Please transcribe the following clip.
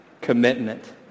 commitment